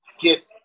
get